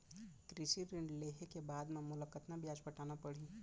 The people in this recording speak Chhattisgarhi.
कृषि ऋण लेहे के बाद म मोला कतना ब्याज पटाना पड़ही?